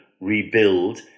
rebuild